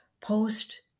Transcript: post